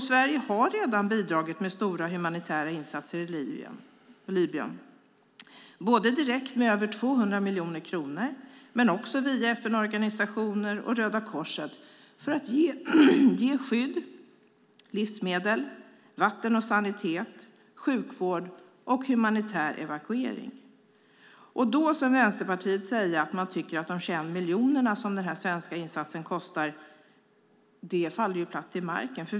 Sverige har också redan bidragit med stora humanitära insatser i Libyen, inte bara direkt med över 200 miljoner kronor utan också via FN-organisationer och Röda Korset för att ge skydd, livsmedel, vatten och sanitet, sjukvård och humanitär evakuering. Att då som Vänsterpartiet ta upp de 21 miljoner som den svenska insatsen kostar faller platt till marken.